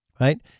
Right